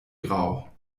grau